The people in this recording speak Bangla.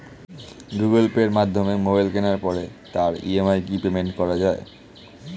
গুগোল পের মাধ্যমে মোবাইল কেনার পরে তার ই.এম.আই কি পেমেন্ট করা যায়?